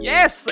Yes